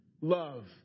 love